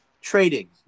trading